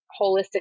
holistic